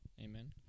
Amen